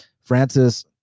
francis